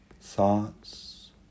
Thoughts